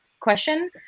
question